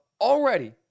already